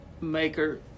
maker